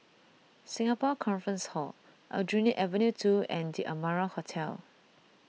Singapore Conference Hall Aljunied Avenue two and the Amara Hotel